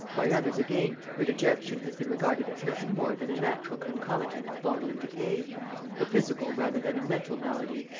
by others, again, her dejection has been regarded as nothing more than a natural concomitant of bodily decay a physical rather than a mental malady.